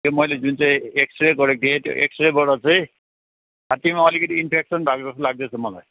त्यो मैले जुन चाहिँ एक्सरे गरेको थिएँ त्यो एक्सरेबाट चाहिँ छातीमा अलिकति इन्फेक्सन भएको जस्तो लाग्दैछ मलाई